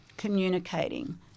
communicating